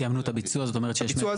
סיימנו את הביצוע, זאת אומרת שיש מטרו.